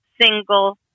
single